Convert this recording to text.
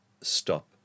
stop